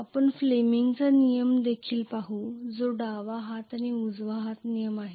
आपण फ्लेमिंगचा नियम देखील पाहू जो डावा हात आणि उजवा हात नियम आहे